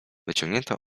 wyciągnięta